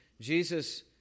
Jesus